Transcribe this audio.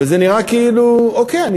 וזה נראה כאילו: אוקיי,